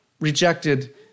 rejected